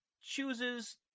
chooses